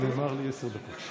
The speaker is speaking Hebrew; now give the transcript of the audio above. נאמר לי עשר דקות.